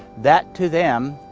that to them,